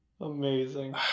Amazing